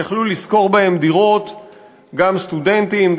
יכלו לשכור בהם דירות גם סטודנטים,